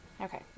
Okay